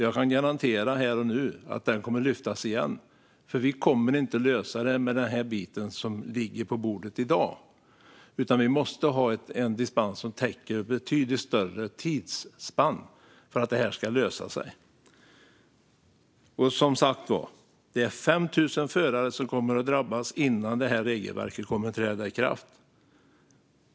Jag kan garantera här och nu att den kommer att lyftas upp igen, för vi kommer inte att lösa den med det som ligger på bordet i dag. Vi måste ha en dispens som täcker ett betydligt större tidsspann för att detta ska lösa sig. Som sagt är det 5 000 förare som kommer att drabbas innan regelverket träder i kraft.